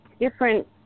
different